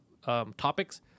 Topics